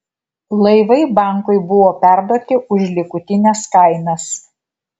laivai bankui buvo perduoti už likutines kainas